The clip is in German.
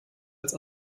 als